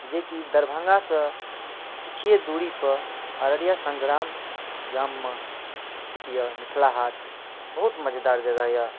जेकि दरभङ्गासँ किछुए दूरीपर अररिया सङ्ग्राम गाममे स्थित अइ मिथिला हाट बहुत मजेदार जगह अइ